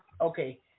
Okay